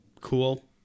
Cool